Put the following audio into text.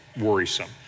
worrisome